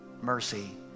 mercy